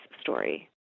story